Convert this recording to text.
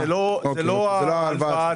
זו לא ההלוואה עצמה.